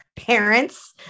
Parents